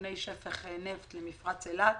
סיכוני שפך נפט למפרץ אילת,